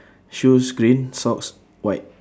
shoes green socks white